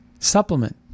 supplement